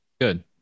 Good